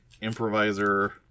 improviser